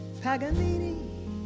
Paganini